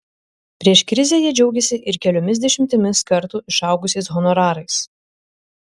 prieš krizę jie džiaugėsi ir keliomis dešimtimis kartų išaugusiais honorarais